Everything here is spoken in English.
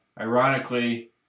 ironically